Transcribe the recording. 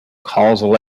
causal